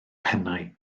pennau